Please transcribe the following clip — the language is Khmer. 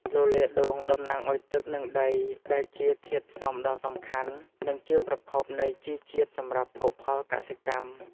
លលាដ៍ដូងតំណាងឱ្យទឹក និងដី ដែលជាធាតុផ្សំដ៏សំខាន់ និងជាប្រភពនៃជីជាតិសម្រាប់ភោគផលកសិកម្ម។